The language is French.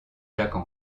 jacques